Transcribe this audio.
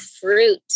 fruit